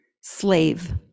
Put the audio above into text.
slave